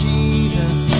Jesus